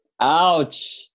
Ouch